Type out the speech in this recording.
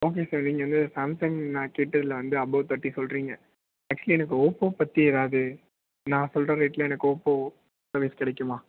okay sir நீங்கள் வந்து Samsung ஆக்டிவேட்டர்ல வந்து அபோவ் தேர்ட்டி சொல்கிறிங்க ஆக்சுவலி எனக்கு ஓப்போ பற்றி ஏதாவது நான் சொல்கிற ரேட்ல எனக்கு ஓப்போ ஏதாச்சும் கிடைக்குமா